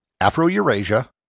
Afro-Eurasia